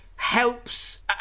helps